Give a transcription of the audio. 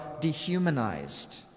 dehumanized